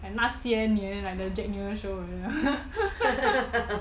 那些年 like the jack neo show already